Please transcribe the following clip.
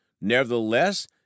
Nevertheless